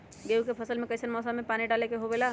गेहूं के फसल में कइसन मौसम में पानी डालें देबे के होला?